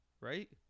right